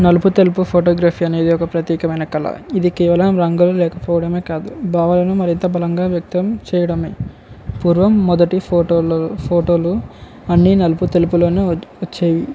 నలుపు తెలుపు ఫోటోగ్రఫీ అనేది ఒక ప్రత్యేకమైన కళ ఇది కేవలం రంగులు లేకపోవడమే కాదు భావాలను మరింత బలంగా వ్యక్తం చేయడమే పూర్వం మొదటి ఫోటోల ఫోటోలు అన్ని నలుపు తెలుపులను వచ్చేవి